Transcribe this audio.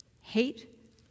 Hate